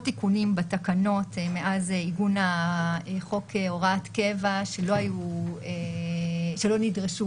תיקונים בתקנות מאז עיגון הוראת הקבע שלא נדרשו